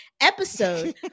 episode